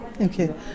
Okay